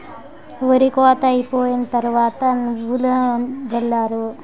ఒరి కోత అయిపోయిన తరవాత నువ్వులు జల్లారు